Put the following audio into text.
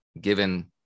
given